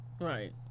Right